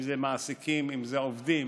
אם אלה מעסיקים ואם אלה עובדים,